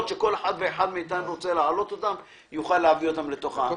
שכל אחד ואחד מאיתנו רוצה להעלות יוכלו להיות מובאים לתוך הכללים.